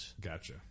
Gotcha